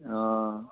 অঁ